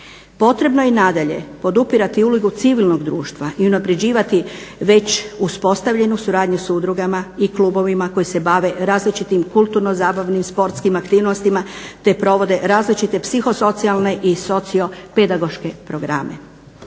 Potrebno je nadalje podupirati ulogu civilnog društva i unaprjeđivati već uspostavljenu suradnju s udrugama i klubovima koji se bave različitim kulturno-zabavnim, sportskim aktivnostima te provode različite psihosocijalne i sociopedagoške programe.